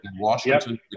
Washington